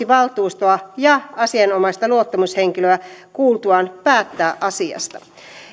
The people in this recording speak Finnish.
valtuustoa ja asianomaista luottamushenkilöä kuultuaan päättää asiasta